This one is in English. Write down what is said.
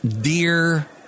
dear